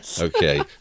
Okay